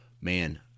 man